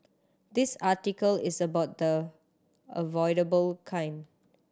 this article is about the avoidable kind